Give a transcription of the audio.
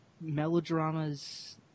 melodramas